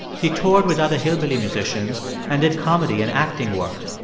he toured with other hillbilly musicians and did comedy and acting work.